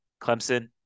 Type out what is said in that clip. Clemson